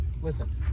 Listen